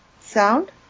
sound